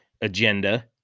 agenda